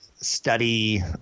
study